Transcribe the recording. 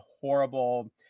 horrible